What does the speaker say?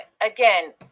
again